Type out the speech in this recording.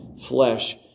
flesh